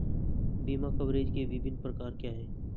बीमा कवरेज के विभिन्न प्रकार क्या हैं?